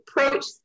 approach